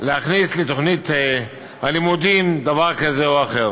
להכניס לתוכנית הלימודים דבר כזה או אחר.